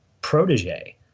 protege